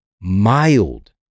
mild